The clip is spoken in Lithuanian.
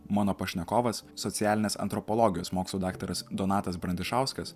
mano pašnekovas socialinės antropologijos mokslų daktaras donatas brandišauskas